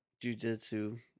jujitsu